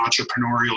entrepreneurial